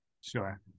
Sure